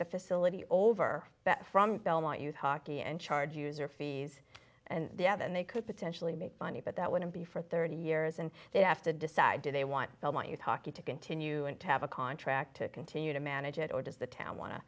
the facility over from belmont youth hockey and charge user fees and they have and they could potentially make money but that wouldn't be for thirty years and they'd have to decide do they want the money you talking to continue and to have a contract to continue to manage it or does the town wan